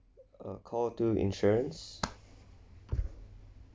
uh call two insurance